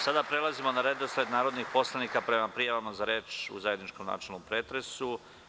Sada prelazimo na redosled narodnih poslanika prema prijavama za reč u zajedničkom načelnom pretresu.